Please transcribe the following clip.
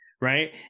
right